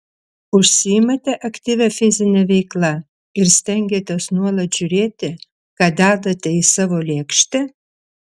užsiimate aktyvia fizine veikla ir stengiatės nuolat žiūrėti ką dedate į savo lėkštę